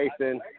Jason